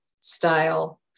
style